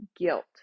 guilt